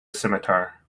scimitar